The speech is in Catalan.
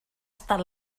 estat